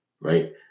right